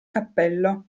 cappello